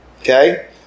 Okay